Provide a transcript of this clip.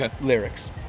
lyrics